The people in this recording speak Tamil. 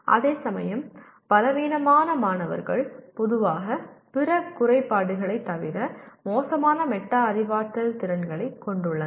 அதேசமயம் பலவீனமான மாணவர்கள் பொதுவாக பிற குறைபாடுகளைத் தவிர மோசமான மெட்டா அறிவாற்றல் திறன்களைக் கொண்டுள்ளனர்